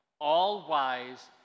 all-wise